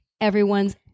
everyone's